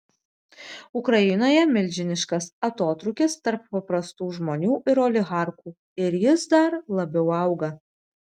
ukrainoje milžiniškas atotrūkis tarp paprastų žmonių ir oligarchų ir jis dar labiau auga